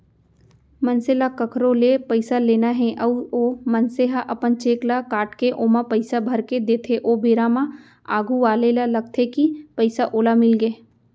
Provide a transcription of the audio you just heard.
मनसे ल कखरो ले पइसा लेना हे अउ ओ मनसे ह अपन चेक ल काटके ओमा पइसा भरके देथे ओ बेरा म आघू वाले ल लगथे कि पइसा ओला मिलगे